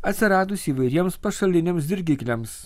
atsiradus įvairiems pašaliniams dirgikliams